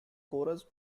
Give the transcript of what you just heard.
corus